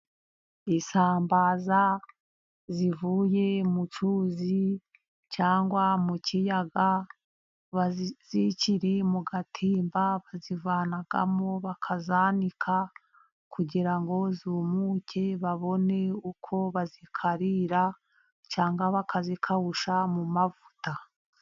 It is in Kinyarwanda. Isambaza zivuye mu cyuzi cyangwa mu kiyaga zikiri mu gatimba bazivanamo bakazanika kugira ngo zumuke babone uko bazikarira cyangwa bakazikawusha mu mavuta